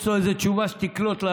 אתה מנסה למצוא איזה תשובה לרובוט,